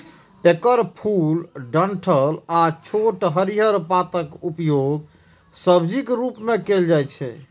एकर फूल, डंठल आ छोट हरियर पातक उपयोग सब्जीक रूप मे कैल जाइ छै